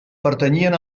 pertanyien